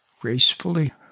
gracefully